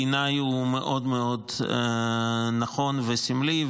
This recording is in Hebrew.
בעיניי הוא מאוד מאוד נכון וסמלי,